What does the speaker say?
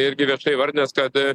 irgi viešai įvardinęs kad